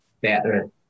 better